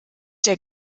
der